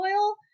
oil